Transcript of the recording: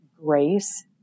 grace